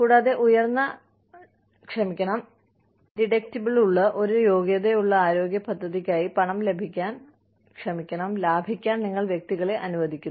കൂടാതെ ഉയർന്ന ഡിഡക്റ്റബിളുള്ള ഒരു യോഗ്യതയുള്ള ആരോഗ്യ പദ്ധതിക്കായി പണം ലാഭിക്കാൻ നിങ്ങൾ വ്യക്തികളെ അനുവദിക്കുന്നു